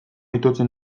itotzen